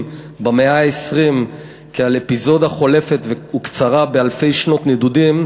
במאה ה-20 כעל אפיזודה חולפת וקצרה באלפי שנות נדודים,